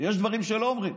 יש דברים שלא אומרים.